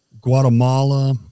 Guatemala